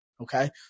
okay